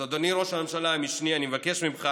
אז אדוני ראש הממשלה המשני, אני מבקש ממך